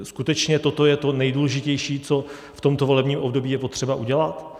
Skutečně toto je to nejdůležitější, co je třeba v tomto volebním období potřeba udělat?